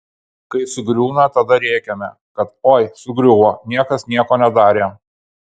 kai sugriūna tada rėkiame kad oi sugriuvo niekas nieko nedarė